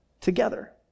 together